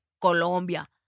Colombia